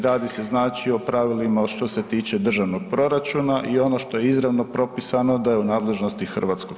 Radi se znači o pravilima što se tiče državnog proračuna i ono što je izravno propisano da je u nadležnosti HS.